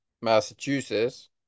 Massachusetts